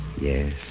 Yes